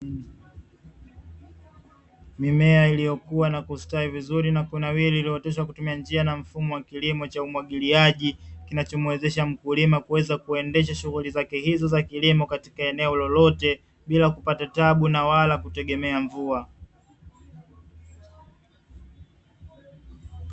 Mimea iliyokua na kustawi vizuri na kunawiri, iliyooteshwa kwa kutumia njia na mfumo wa kilimo cha umwagiliaji kinachomuwezesha mkulima kuendesha shughuli zake hizo katika eneo lolote bila kupata tabu na wala kutegemea mvua.